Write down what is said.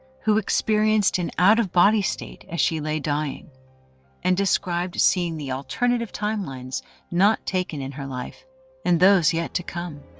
who experienced an out-of-body state, as she lay dying and described seeing the alternative timelines not taken in her life and those yet to come.